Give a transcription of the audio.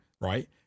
right